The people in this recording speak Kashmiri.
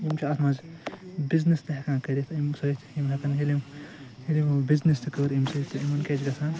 یِم چھِ اتھ مَنٛز بِزنِس تہِ ہیٚکان کٔرِتھ یمہ سۭتۍ یِم ہیٚکَن ییٚلہِ ییٚلہِ یمو بِزنَس تہِ کٔر امہ سۭتۍ یمن کیاہ چھ گَژھان